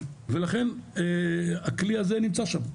ולכן הכלי הזה נמצא שם.